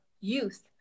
youth